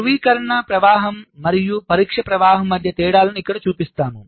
ధృవీకరణ ప్రవాహం మరియు పరీక్ష ప్రవాహం మధ్య తేడాలను ఇక్కడ చూపిస్తాము